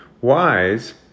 wise